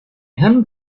hand